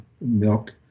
milk